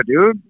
dude